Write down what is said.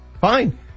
Fine